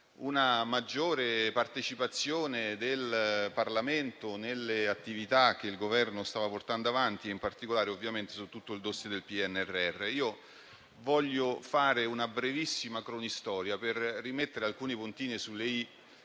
una maggiore partecipazione del Parlamento nelle attività che il Governo sta portando avanti e in particolare su tutto il *dossier* del PNRR. Voglio fare una brevissima cronistoria per rimettere alcuni puntini sulle